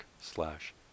slash